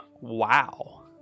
wow